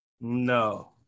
No